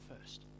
first